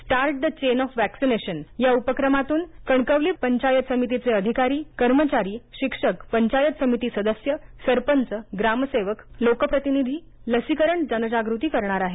start the chain of vaccination या उपक्रमातून कणकवली पंचायत समितीचे अधिकारी कर्मचारी शिक्षक पंचायत समिती सदस्य सरपंच ग्रामसेवक लोकप्रतिनिधी लसीकरण जनजागृती करणार आहेत